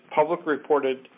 public-reported